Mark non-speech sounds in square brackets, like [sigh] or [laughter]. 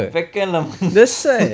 வெட்கம் இல்லாம:vaetkam illaama [laughs]